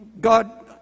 God